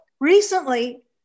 recently